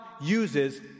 uses